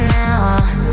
now